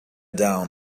down